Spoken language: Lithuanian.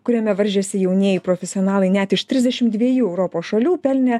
kuriame varžėsi jaunieji profesionalai net iš trisdešim dviejų europos šalių pelnė